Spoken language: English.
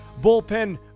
bullpen